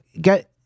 get